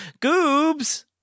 Goobs